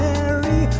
Mary